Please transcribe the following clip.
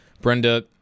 Brenda